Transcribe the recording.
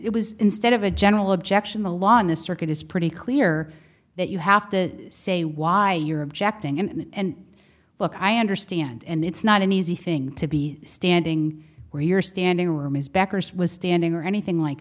it was instead of a general objection the law in this circuit is pretty clear that you have to say why you're objecting and look i understand and it's not an easy thing to be standing where you're standing room as backers was standing or anything like